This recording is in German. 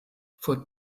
vor